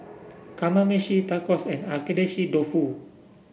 Kamameshi Tacos and Agedashi Dofu